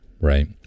right